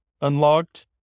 unlocked